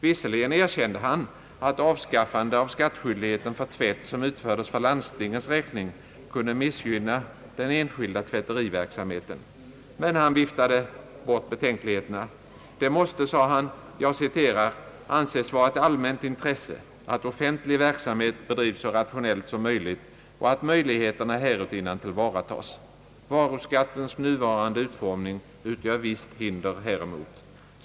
Visserligen erkände han, att avskaffande av skattskyldigheten för tvätt som utfördes för landstingens räkning kunde missgynna den enskilda tvätteriverksamheten, men han viftade bort betänkligheterna. Det måste, sade han, »anses vara ett allmänt intresse att offentlig verksamhet bedrivs så rationellt som möjligt och att möjligheterna härutinnan tillvaratas. Varuskattens nuvarande utformning utgör visst hinder häremot.